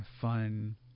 fun